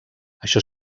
això